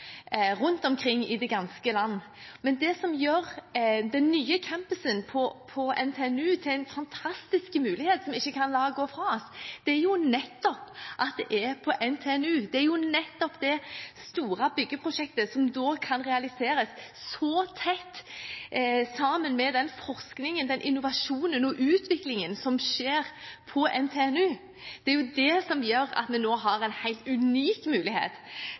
rundt omkring i det ganske land, men det som gjør den nye campusen på NTNU til en fantastisk mulighet som vi ikke kan la gå fra oss, er nettopp at det er på NTNU. Nettopp det store byggeprosjektet som da kan realiseres så tett sammen med den forskningen, den innovasjonen og den utviklingen som skjer på NTNU, er det som gjør at vi nå har en helt unik mulighet